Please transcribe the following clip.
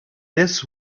this